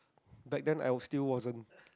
but then I was still wasn't